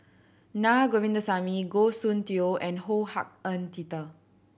Naa Govindasamy Goh Soon Tioe and Ho Hak Ean Peter